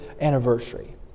anniversary